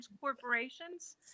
corporations